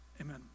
amen